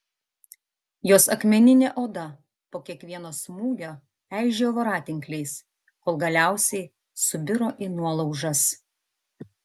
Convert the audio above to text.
jos akmeninė oda po kiekvieno smūgio eižėjo voratinkliais kol galiausiai subiro į nuolaužas